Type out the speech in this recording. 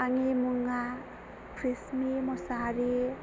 आंनि मुङा प्रिसमि मसाहारि